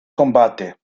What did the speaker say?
combate